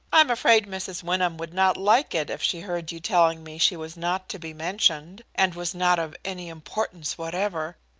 i am afraid mrs. wyndham would not like it, if she heard you telling me she was not to be mentioned, and was not of any importance whatever.